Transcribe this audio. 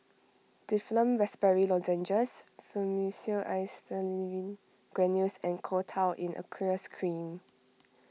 Difflam Raspberry Lozenges Fluimucil Acetylcysteine Granules and Coal Tar in Aqueous Cream